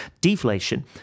Deflation